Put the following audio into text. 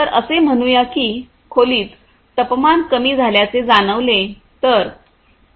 तर असे म्हणूया की खोलीत तापमान कमी झाल्याचे जाणवते